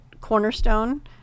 Cornerstone